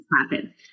happen